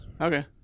Okay